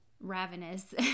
ravenous